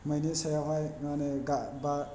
मैनि सायावहाय माने गा बा